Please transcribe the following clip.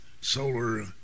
solar